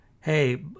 hey